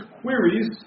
queries